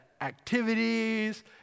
activities